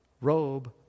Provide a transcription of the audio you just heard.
robe